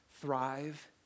thrive